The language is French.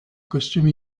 costume